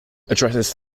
addresses